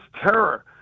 terror